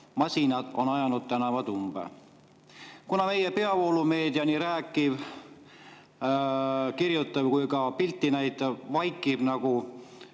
Masinad on ajanud tänavad umbe. Kuna meie peavoolumeedia – nii rääkiv, kirjutav kui ka pilti näitav – vaikib nagu